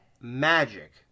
magic